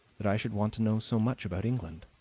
that i should want to know so much about england.